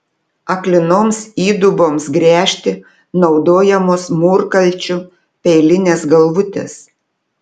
aklinoms įduboms gręžti naudojamos mūrkalčių peilinės galvutės